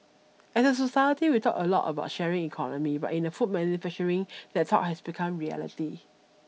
as a society we talk a lot about sharing economy but in the food manufacturing that talk has become reality